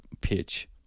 pitch